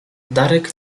darek